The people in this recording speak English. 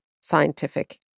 scientific